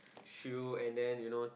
shoe and then you know